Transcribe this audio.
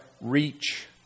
reach